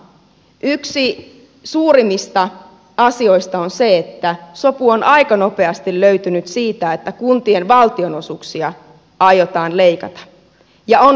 yksi suurimmista asioista on se että sopu on aika nopeasti löytynyt siitä että kuntien valtionosuuksia aiotaan leikata ja niitä on leikattukin